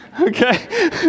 Okay